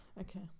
Okay